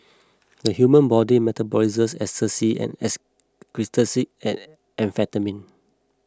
the human body metabolises ecstasy and excretes it as amphetamine